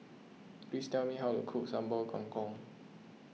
please tell me how to cook Sambal Kangkong